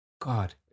God